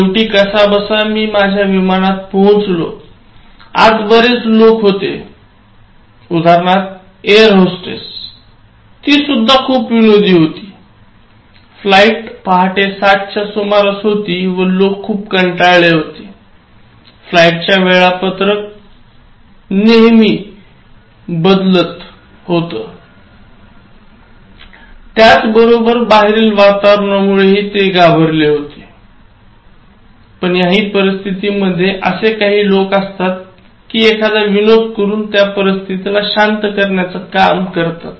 शेवटी मी माझ्या विमानात होतो आत बरेच लोक होते उदाहरणार्थ ऐरहोस्टेस ती सुद्धा खूप विनोदी होती फ्लाइट पहाटे 7 च्या सुमारास होती व लोक खूप कंटाळले होतेफ्लाइटच्या वेळापत्रक बद्दल खूप काळजी करत होते त्याचबरोबर बाहेरील वातावरणामुळे घाबरलेले हि होते पण याही परिस्थितीमध्ये असे काही लोक असतात कि एखादा विनोद करून त्या परिस्थितीला शांत करण्याचं काम करतात